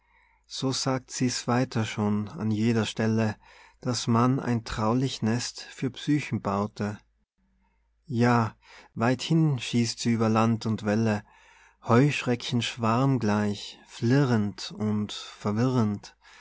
so sagt sie's weiter schon an jeder stelle daß man ein traulich nest für psychen baute ja weithin schießt sie über land und welle heuschreckenschwarmgleich flirrend und verwirrend